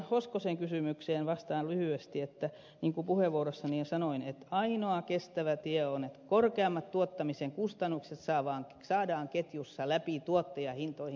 hoskosen kysymykseen vastaan lyhyesti että niin kuin puheenvuorossani jo sanoin ainoa kestävä tie on että korkeammat tuottamisen kustannukset saadaan ketjussa läpi tuottajahintoihin